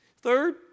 Third